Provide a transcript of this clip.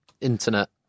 internet